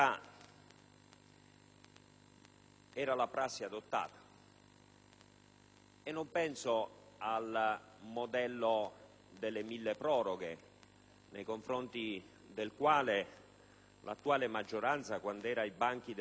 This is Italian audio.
alla prassi adottata e non penso al modello delle milleproroghe nei confronti del quale l'attuale maggioranza, quando era opposizione,